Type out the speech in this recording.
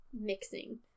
mixing